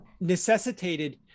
necessitated